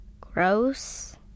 gross